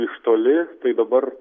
iš toli tai dabar